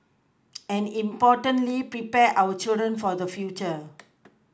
and importantly prepare our children for the future